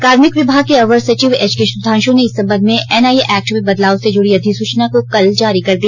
कार्मिक विभाग के अवर सचिव एच के सुधांशु ने इस संबंध में एनआइ एक्ट में बदलाव से जुड़ी अधिसूचना को कल जारी कर दिया